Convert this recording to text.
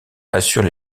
assure